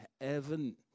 heaven